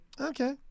okay